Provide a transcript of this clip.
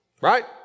Right